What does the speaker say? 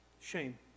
Shame